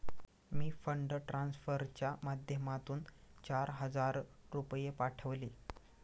मी fund ट्रान्सफरच्या माध्यमातून चार हजार रुपये पाठवले